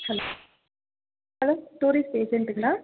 ஹல் hello tourist ஏஜென்டுங்களா